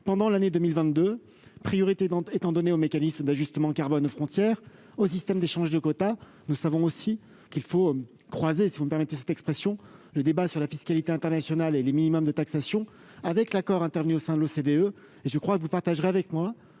pendant l'année 2022, priorité étant donnée au mécanisme d'ajustement carbone aux frontières, au système d'échange de quotas. En deuxième lieu, nous savons qu'il faut « croiser », si vous me permettez cette expression, le débat sur la fiscalité internationale et les minima de taxation avec l'accord intervenu au sein de l'OCDE (Organisation de coopération et de